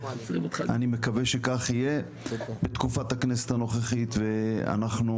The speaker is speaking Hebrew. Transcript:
אני מקווה שכך יהיה בתקופת הכנסת הנוכחית ואנחנו